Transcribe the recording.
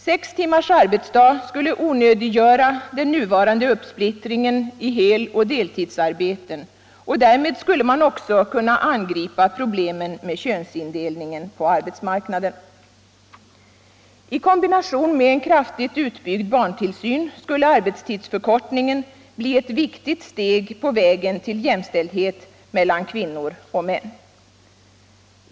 Sex timmars arbetsdag skulle onödiggöra den nuvarande uppsplittringen mellan heloch deltidsarbeten, och därmed skulle man också kunna angripa problemen med könsindelningen på arbetsmarknaden. I kombination med en kraftigt utbyggd barntillsyn skulle arbetstidsförkortningen bli ett viktigt steg på vägen till jämställdhet mellan kvinnor och män.